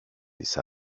τις